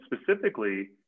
specifically